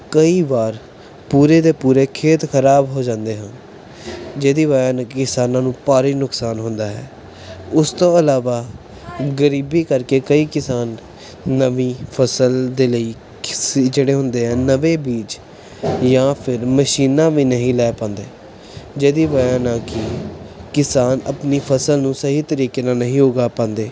ਕਈ ਵਾਰ ਪੂਰੇ ਦੇ ਪੂਰੇ ਖੇਤ ਖਰਾਬ ਹੋ ਜਾਂਦੇ ਹਨ ਜਿਹਦੀ ਵਜ੍ਹਾ ਨਾਲ ਕਿਸਾਨਾਂ ਨੂੰ ਭਾਰੀ ਨੁਕਸਾਨ ਹੁੰਦਾ ਹੈ ਉਸ ਤੋਂ ਇਲਾਵਾ ਗਰੀਬੀ ਕਰਕੇ ਕਈ ਕਿਸਾਨ ਨਵੀਂ ਫਸਲ ਦੇ ਲਈ ਕਿਸੇ ਜਿਹੜੇ ਹੁੰਦੇ ਹਨ ਨਵੇਂ ਬੀਜ ਜਾਂ ਫਿਰ ਮਸ਼ੀਨਾਂ ਵੀ ਨਹੀਂ ਲੈ ਪਾਉਂਦੇ ਜਿਹਦੀ ਵਜ੍ਹਾ ਨਾਲ ਕਿ ਕਿਸਾਨ ਆਪਣੀ ਫਸਲ ਨੂੰ ਸਹੀ ਤਰੀਕੇ ਨਾਲ ਨਹੀਂ ਉਗਾ ਪਾਉਂਦੇ